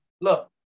Look